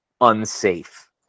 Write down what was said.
unsafe